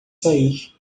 sair